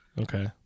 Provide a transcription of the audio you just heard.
okay